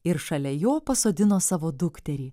ir šalia jo pasodino savo dukterį